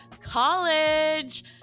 college